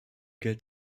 geld